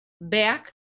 back